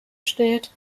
steht